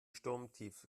sturmtief